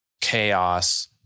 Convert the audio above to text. chaos